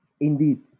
Indeed